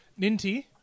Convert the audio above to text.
Ninty